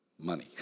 Money